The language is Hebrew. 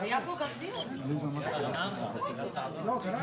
דיברנו כבר